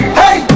hey